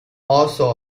also